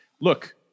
look